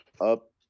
up